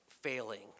failing